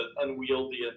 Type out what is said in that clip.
unwieldy